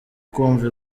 kumva